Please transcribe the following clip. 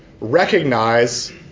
recognize